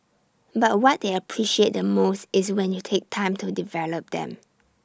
but what they appreciate the most is when you take time to develop them